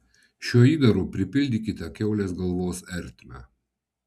šiuo įdaru pripildykite kiaulės galvos ertmę